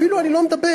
אפילו אני לא מדבר,